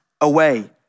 away